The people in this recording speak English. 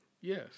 Yes